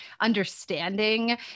understanding